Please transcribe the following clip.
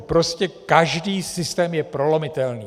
Prostě každý systém je prolomitelný.